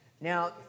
Now